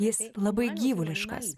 jisai labai gyvuliškas